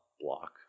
block